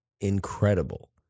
incredible